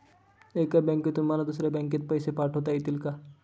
एका बँकेतून मला दुसऱ्या बँकेत पैसे पाठवता येतील का?